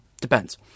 depends